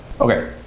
Okay